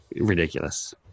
ridiculous